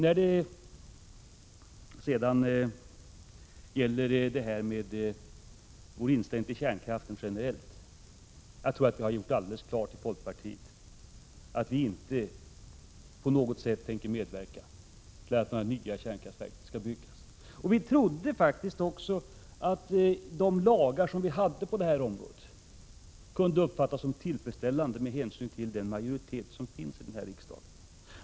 Vad beträffar vår inställning till kärnkraften generellt tror jag att vi har gjort alldeles klart att folkpartiet inte på något sätt tänker medverka till att några nya kärnkraftverk skall byggas. Vi trodde faktiskt också att de lagar som vi har på det här området kunde uppfattas som tillfredsställande med hänsyn till den majoritet som finns i riksdagen.